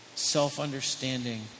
self-understanding